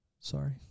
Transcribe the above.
Sorry